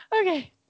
Okay